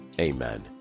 Amen